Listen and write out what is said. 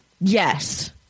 Yes